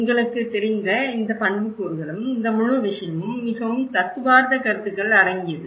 உங்களுக்குத் தெரிந்த இந்த பண்புக்கூறுகளும் இந்த முழு விஷயமும் மிகவும் தத்துவார்த்த கருத்துக்கள் அடங்கியது